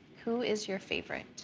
who is ydemofavorite?